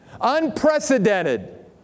Unprecedented